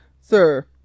Sir